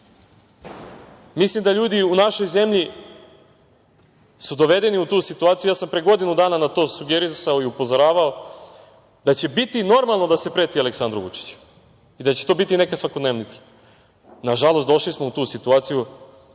da su ljudi u našoj zemlji dovedeni u tu situaciju, ja sam pre godinu dana na to sugerisao i upozoravao, da će biti normalno da se preti Aleksandru Vučiću i da će to biti neka svakodnevnica. Nažalost, došli smo u tu situaciju